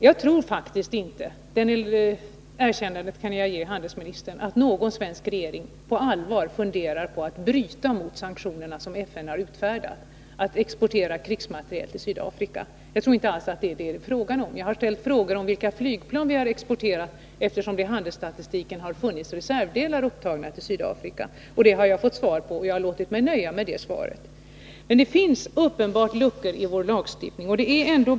Jag tror faktiskt inte, det erkännandet kan jag ge handelsministern, att någon svensk regering på allvar funderar på att bryta mot de sanktioner FN har utfärdat och exporterar krigsmateriel till Sydafrika. Jag har däremot ställt frågor om vilka flygplan vi har exporterat eftersom det i handelsstatistiken har funnits reservdelar upptagna i exporten till Sydafrika. De frågorna har jag fått svar på, och jag har låtit mig nöja med det svaret. Men det finns uppenbart luckor i vår nuvarande lagstiftning, och licenstillverkningen är en.